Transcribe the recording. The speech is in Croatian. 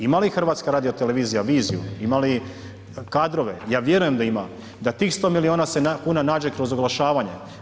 Imali li HRT viziju, ima li kadrove, ja vjerujem da ima, da tih 100 miliona kuna se nađe kroz oglašavanje.